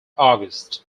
august